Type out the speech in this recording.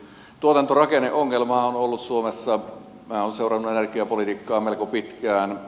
minä olen seurannut energiapolitiikkaa melko pitkään